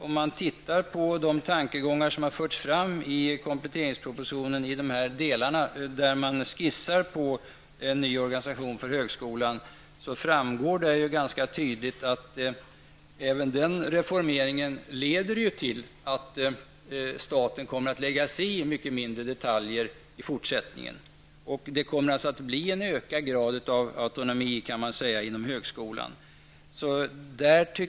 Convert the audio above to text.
Om man ser till de tankegångar som har förts fram i kompletteringspropositionen, där man skissar på en ny organisation för högskolan, framgår det ganska tydligt att även den reformeringen leder till att staten kommer att lägga sig i mycket mindre i fortsättningen när det gäller detaljer. Det kommer alltså att bli en ökad grad av autonomi inom högskolan.